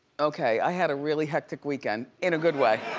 okay, i had a really hectic weekend in a good way.